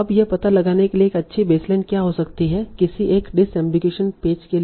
अब यह पता लगाने के लिए एक अच्छी बेसलाइन क्या हो सकती है किसी एक डिसअम्बिगुईशन पेज के लिए